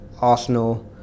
Arsenal